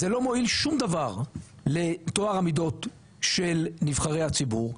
זה לא מועיל שום דבר לטוהר המידות של נבחרי הציבור,